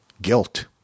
guilt